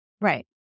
Right